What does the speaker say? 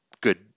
good